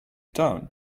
down